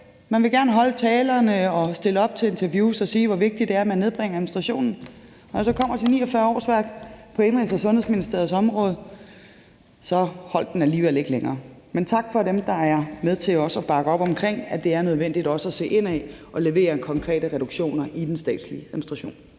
Man vil gerne holde talerne og stille op til interviews og sige, hvor vigtigt det er, at man nedbringer administrationen, og da det så kom til 49 årsværk på Indenrigs- og Sundhedsministeriets område, holdt den alligevel ikke længere. Men tak til dem, der er også er med til at bakke op om, at det er nødvendigt at se indad og levere konkrete reduktioner i den statslige administration.